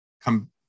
come